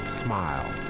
smile